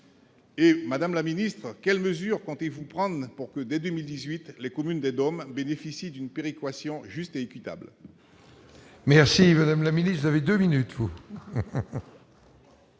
Et madame la ministre, quelles mesures comptez-vous prendre pour que, dès 2018 les communes des domaines bénéficient d'une péréquation juste et équitable. Merci madame la ministre avait 2 minutes.